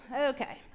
Okay